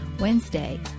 Wednesday